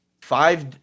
Five